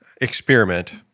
experiment